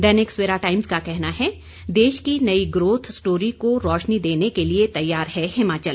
दैनिक Savera times का कहना है देश की नई ग्रोथ स्टोरी को रोशनी देने के लिए तैयार है हिमाचल